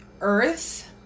earth